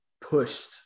pushed